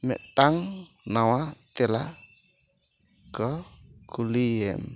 ᱢᱤᱫ ᱴᱟᱝ ᱱᱟᱶᱟ ᱛᱮᱞᱟ ᱠᱚ ᱠᱩᱞᱤᱭᱮᱢ